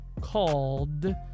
called